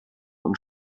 und